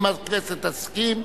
אם הכנסת תסכים,